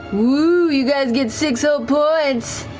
woo, you guys get six so